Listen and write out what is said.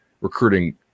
recruiting